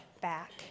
back